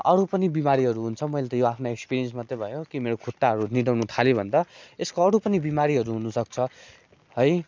अरू पनि बिमारीहरू हुन्छ मैले त यो आफ्नो एक्सपिरियन्स मात्रै भयो कि मेरो खुट्टाहरू निदाउनु थाल्यो भन्दा यसको अरू पनि बिमारीहरू हुनुसक्छ है